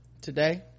today